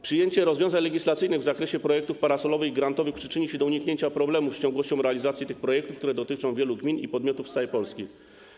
Przyjęcie rozwiązań legislacyjnych w zakresie projektów parasolowych i grantowych przyczyni się do uniknięcia problemów związanych z ciągłością realizacji tych projektów, które dotyczą wielu gmin i podmiotów z całej Polski.